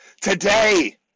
today